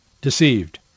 deceived